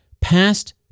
past